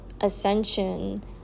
ascension